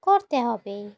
করতে হবে